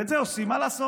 את זה עושים, מה לעשות,